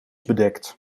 bedekt